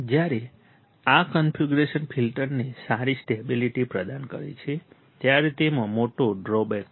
જ્યારે આ કન્ફિગ્યુરેશન ફિલ્ટરને સારી સ્ટેબિલિટી પ્રદાન કરે છે ત્યારે તેમાં મોટો ડ્રોબેક છે